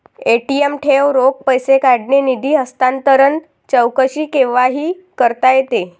ATM ठेव, रोख पैसे काढणे, निधी हस्तांतरण, चौकशी केव्हाही करता येते